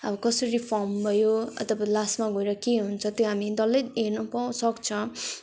अब कसरी फर्म भयो अन्त लास्टमा गएर के हुन्छ त्यो हामी डल्लै हेर्नु पाउन सक्छ